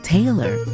Taylor